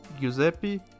Giuseppe